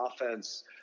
offense